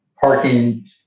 parking